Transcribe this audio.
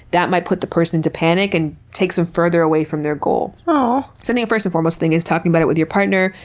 that might put the person into panic and takes them further away from their goal. but so the first and foremost thing is talking about it with your partner,